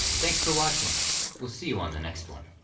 thanks for watching we'll see you on the next one.